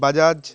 Bajaj